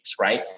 Right